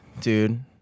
dude